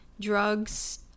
drugs